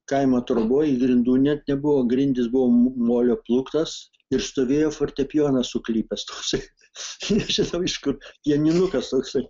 kaimo troboj grindų net nebuvo grindys buvo molio plūktos ir stovėjo fortepijonas suklypęs toksai nežinau iš kur jeninukas toksai